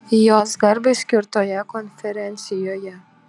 jos garbei skirtoje konferencijoje